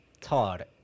Todd